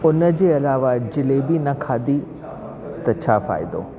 उन जे अलावा जलेबी न खाधी त छा फ़ाइदो